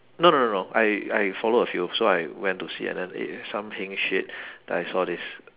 no no no no I I follow a few so I went to see and then eh some heng shit that I saw this